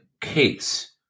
case